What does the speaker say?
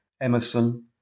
Emerson